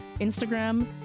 Instagram